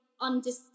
understand